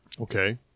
Okay